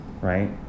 Right